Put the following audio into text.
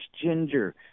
ginger